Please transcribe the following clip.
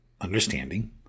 understanding